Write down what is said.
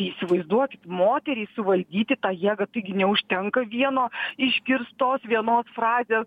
įsivaizduokit moteriai suvaldyti tą jėgą taigi neužtenka vieno išgirstos vienos frazės